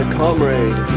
comrade